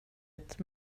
ett